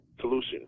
solution